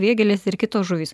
vėgėlės ir kitos žuvys